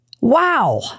Wow